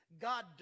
God